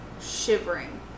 shivering